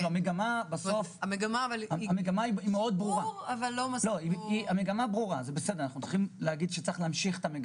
המגמה היא מאוד ברורה, וצריך להמשיך אותה.